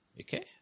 Okay